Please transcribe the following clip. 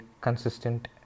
consistent